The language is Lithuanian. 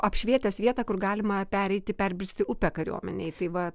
apšvietęs vietą kur galima pereiti perbristi upę kariuomenei tai va